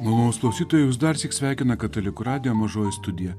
malonūs klausytojai jus darsyk sveikina katalikų radijo mažoji studija